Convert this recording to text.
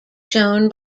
shown